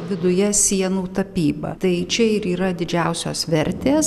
viduje sienų tapyba tai čia ir yra didžiausios vertės